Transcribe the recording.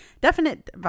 definite